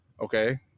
okay